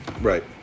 Right